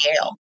Yale